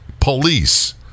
Police